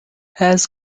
has